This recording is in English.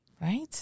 Right